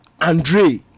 Andre